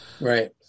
right